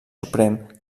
suprem